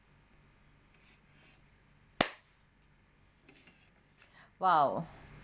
!wow!